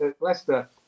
Leicester